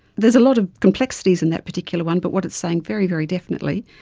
there is a lot of complexities in that particular one but what it's saying very, very definitely,